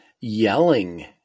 yelling